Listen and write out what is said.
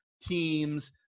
teams